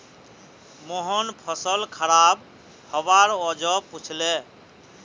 मोहन फसल खराब हबार वजह पुछले